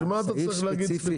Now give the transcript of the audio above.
אז בשביל מה אתה צריך להגיד ספציפי?